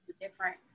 different